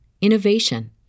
innovation